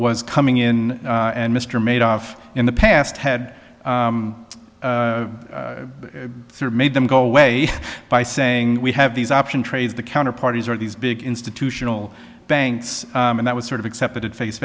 was coming in and mr made off in the past had sort of made them go away by saying we have these option trades the counter parties are these big institutional banks and that was sort of accepted at face